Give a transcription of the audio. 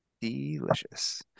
delicious